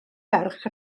ferch